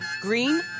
Green